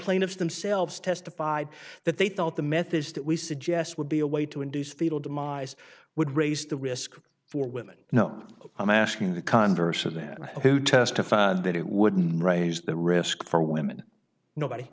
plaintiffs themselves testified that they thought the methods that we suggest would be a way to induce fetal demise would raise the risk for women no i'm asking the converse of that who testified that it wouldn't raise the risk for women nobody